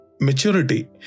maturity